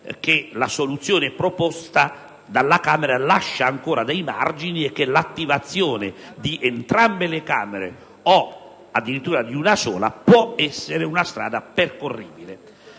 che la soluzione proposta dalla Camera lascia ancora margini e che l'attivazione di entrambe le Camere o addirittura di una sola può essere una strada percorribile,